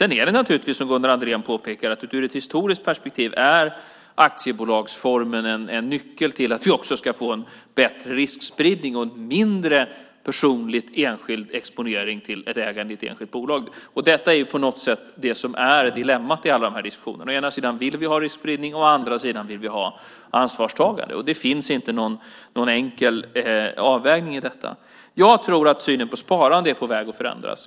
Det är naturligtvis så, som Gunnar Andrén påpekar, att ur ett historiskt perspektiv är aktiebolagsformen en nyckel till att vi också ska få en bättre riskspridning och en mindre personlig, enskild exponering till ett ägande i ett enskilt bolag. Detta är på något sätt det som är dilemmat i alla de här diskussionerna. Å ena sidan vill vi ha riskspridning, å andra sidan vill vi ha ansvarstagande. Det finns inte någon enkel avvägning i detta. Jag tror att synen på sparande är på väg att förändras.